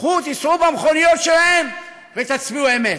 קחו, תיסעו במכוניות שלהם, ותצביעו אמת.